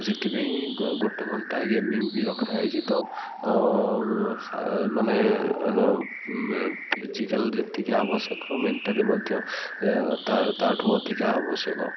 ସେଥିପାଇଁ ଗୋଟେ ଘଣ୍ଟା ଗେମିଂ ବି ରଖାଯାଇଛି ତ ମାନେ ଫିଜିକାଲ୍ ଯେତିକି ଆବଶ୍ୟକ ମେଣ୍ଟାଲି ମଧ୍ୟ ତା ତାଠୁ ଅଧିକା ଆବଶ୍ୟକ